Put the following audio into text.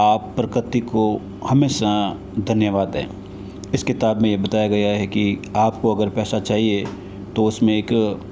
आप प्रकृति को हमेशा धन्यवाद दें इस किताब मे ये बताया गया है कि आपको अगर पैसा चाहिए तो उसमें एक